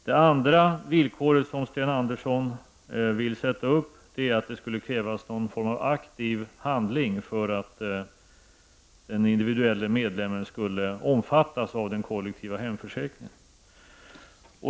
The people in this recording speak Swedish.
Det andra villkoret som Sten Andersson vill sätta upp är att det skulle krävas någon form av aktiv handling för att den individuelle medlemmen skulle omfattas av den kollektiva hemförsäkringen.